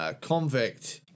Convict